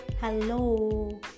Hello